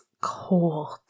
cold